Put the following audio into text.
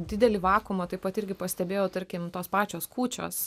didelį vakumą taip pat irgi pastebėjau tarkim tos pačios kūčios